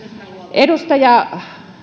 edustaja